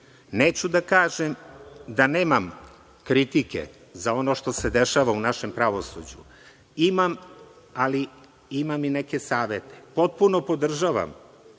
da kažem da nemam kritike za ono što se dešava u našem pravosuđu. Imam, ali imam i neke savete. Potpuno podržavam